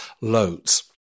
loads